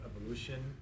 Evolution